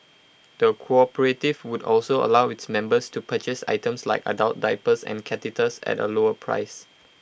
the cooperative would also allow its members to purchase items like adult diapers and catheters at A lower price